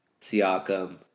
Siakam